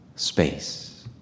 Space